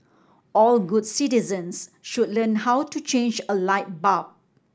all good citizens should learn how to change a light bulb